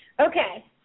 Okay